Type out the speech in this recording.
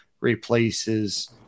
replaces